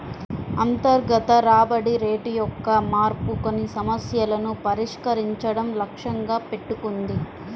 అంతర్గత రాబడి రేటు యొక్క మార్పు కొన్ని సమస్యలను పరిష్కరించడం లక్ష్యంగా పెట్టుకుంది